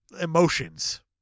emotions